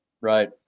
Right